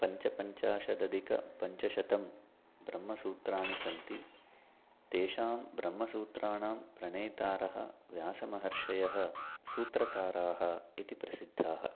पञ्चपञ्चाशदधिकपञ्चशतं ब्रह्मसूत्रणि सन्ति तेषां ब्रह्मसूत्राणां प्रणेतारः व्यासमहर्षयः सूत्रकाराः इति प्रसिद्धाः